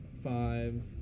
five